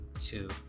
two